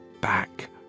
back